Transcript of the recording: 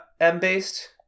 M-Based